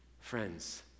Friends